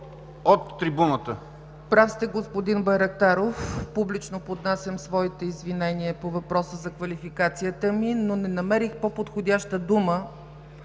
от трибуната.